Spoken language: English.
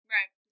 Right